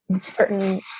Certain